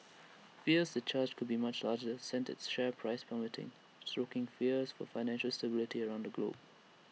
fears the charge could be much larger sent its share price plummeting stoking fears for financial stability around the globe